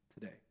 today